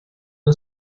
the